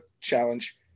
challenge